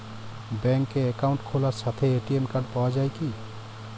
ব্যাঙ্কে অ্যাকাউন্ট খোলার সাথেই এ.টি.এম কার্ড পাওয়া যায় কি?